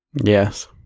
Yes